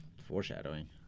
Foreshadowing